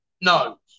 No